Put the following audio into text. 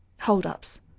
Hold-ups